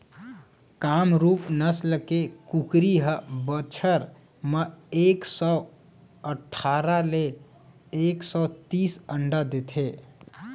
कामरूप नसल के कुकरी ह बछर म एक सौ अठारा ले एक सौ तीस अंडा देथे